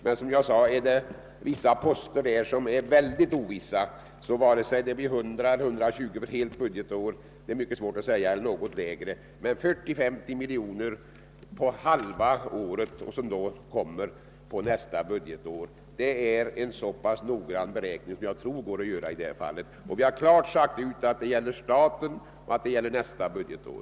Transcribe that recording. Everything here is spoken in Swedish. Som jag också sade är emellertid vissa poster mycket ovissa, så att det är svårt att avgöra, om det blir 120 eller 100 miljoner eller ett lägre belopp för helt budgetår. Emellertid är 40—50 miljoner för ett halvt år, som faller på nästa budgetår, en så noggrann beräkning som jag tror det går att göra. Vi har klart sagt ut att det gäller staten och att det gäller nästa budgetår.